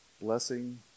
Blessing